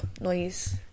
noise